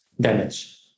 damage